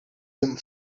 them